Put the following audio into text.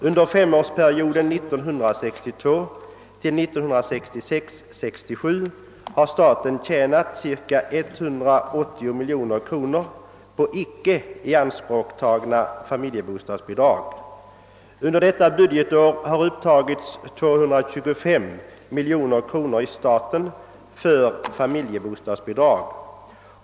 Under budgetåren 1962 67 har staten tjänat cirka 180 miljoner kronor på icke ianspråktagna familjebostadsbidrag. Under innevarande budgetår har i staten upptagits 225 miljoner kronor för familjebostadsbidrag.